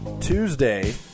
Tuesday